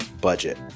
budget